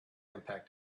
impact